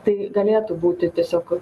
tai galėtų būti tiesiog